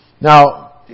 Now